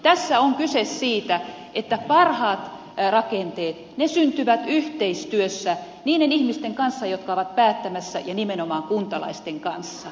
tässä on kyse siitä että parhaat rakenteet syntyvät yhteistyössä niiden ihmisten kanssa jotka ovat päättämässä ja nimenomaan kuntalaisten kanssa